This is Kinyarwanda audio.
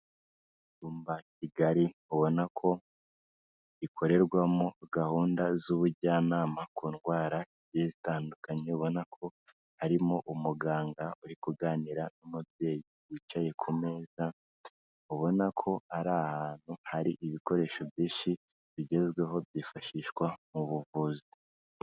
Icyumba kigari ubona ko gikorerwamo gahunda z'ubujyanama ku ndwara zigiye zitandukanye, ubona ko harimo umuganga uri kuganira n'umubyeyi wicaye ku meza, ubona ko ari ahantu hari ibikoresho byinshi bigezweho byifashishwa mu buvuzi.